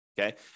okay